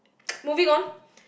moving on